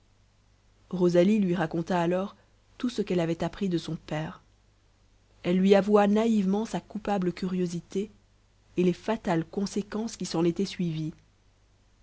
rosalie lui raconta alors tout ce qu'elle avait appris de son père elle lui avoua naïvement sa coupable curiosité et les fatales conséquences qui s'en étaient suivies